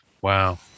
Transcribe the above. Wow